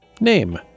name